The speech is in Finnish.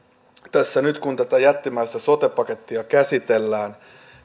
tässä nyt tätä jättimäistä sote pakettia käsitellään